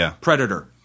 Predator